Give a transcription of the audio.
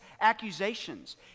accusations